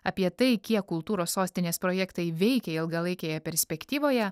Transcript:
apie tai kiek kultūros sostinės projektai veikė ilgalaikėje perspektyvoje